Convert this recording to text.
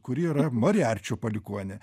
kuri yra mariarčių palikuonė